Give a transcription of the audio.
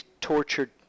tortured